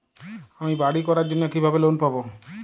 আমি বাড়ি করার জন্য কিভাবে লোন পাব?